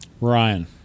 Ryan